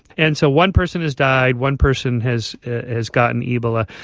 and so one person has died, one person has has gotten ebola,